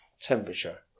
temperature